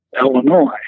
Illinois